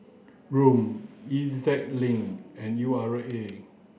ROM E Z Link and U R A